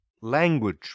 Language